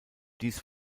dies